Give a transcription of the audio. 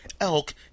elk